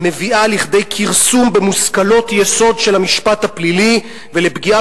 מביאה לידי כרסום במושכלות יסוד של המשפט הפלילי ולפגיעה